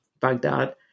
Baghdad